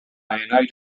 enaid